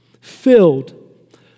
filled